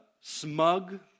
smug